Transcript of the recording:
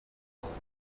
خوب